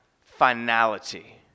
finality